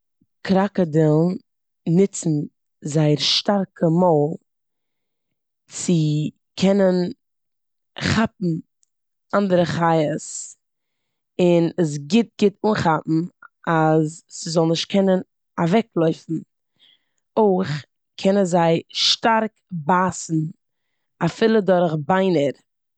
קראקאדילן נוצן זייער שטארקע מויל צו קענען כאפן אנדערע חיות און עס גוט גוט אנכאפן אז ס'זאל נישט קענען אוועקלויפן. אויך קענען זיי שטארק בייסן אפילו דורך ביינער.